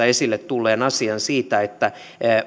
esille tulleen asian siitä